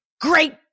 great